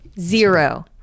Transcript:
Zero